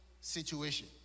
situation